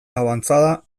avanzada